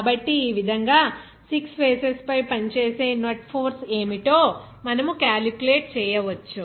కాబట్టి ఈ విధంగా 6 ఫేసెస్ పై పనిచేసే నెట్ ఫోర్స్ ఏమిటో మనము క్యాలిక్యులేట్ చేయవచ్చు